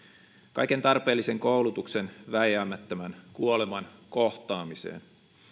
kaiken tarpeellisen koulutuksen vääjäämättömän kuoleman kohtaamiseen